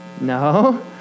No